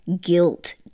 guilt